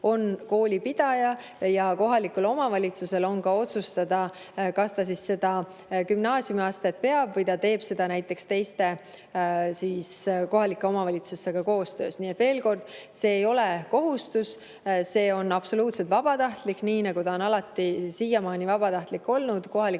on kooli pidaja ja kohalikul omavalitsusel on õigus otsustada, kas ta seda gümnaasiumiastet peab või ta teeb seda näiteks koostöös teiste kohalike omavalitsustega. Nii et veel kord: see ei ole kohustus, see on absoluutselt vabatahtlik, nii nagu ta on siiamaanigi vabatahtlik olnud. Kohalikud